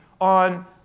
on